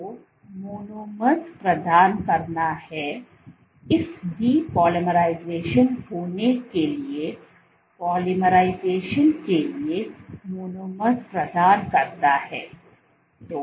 तो मोनोमर्स प्रदान करना है इस depolymerization होने के लिए पोलीमराइजेशन के लिए मोनोमर्स प्रदान करता है